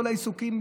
כל העיסוקים,